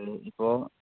അത് ഇപ്പോൾ